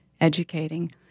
educating